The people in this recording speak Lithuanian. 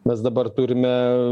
mes dabar turime